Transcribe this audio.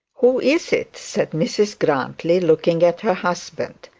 who is it said mrs grantly, looking at her husband.